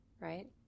right